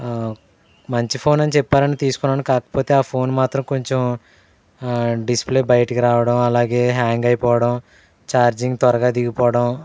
మంచి ఫోన్ అని చెప్పారని తీసుకున్నాను కాకపోతే ఆ ఫోన్ మాత్రం కొంచెం డిస్ప్లే బయటకి రావడం అలాగే హ్యాంగ్ అయిపోవడం చార్జింగ్ త్వరగా దిగిపోవడం